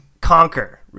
conquer